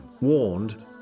warned